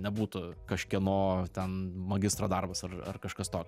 nebūtų kažkieno ten magistro darbas ar ar kažkas tokio